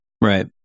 right